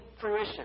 fruition